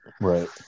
Right